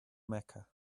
mecca